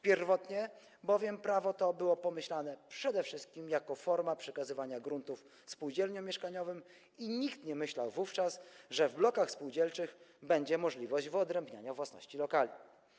Pierwotnie bowiem prawo to było pomyślane przede wszystkim jako forma przekazywania gruntów spółdzielniom mieszkaniowym i nikt nie myślał wówczas, że w blokach spółdzielczych będzie możliwość wyodrębniania własności lokali.